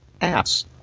ass